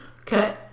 Okay